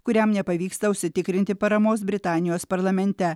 kuriam nepavyksta užsitikrinti paramos britanijos parlamente